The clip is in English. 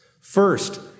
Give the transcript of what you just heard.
First